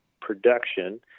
production